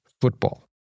football